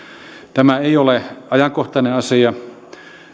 tämä ei ole ajankohtainen asia